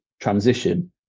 transition